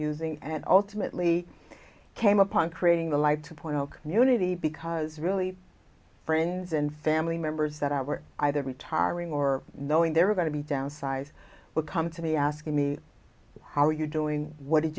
using and ultimately came upon creating the like to point out community because really friends and family members that are were either retiring or knowing they were going to be downsized would come to me asking me how are you doing what did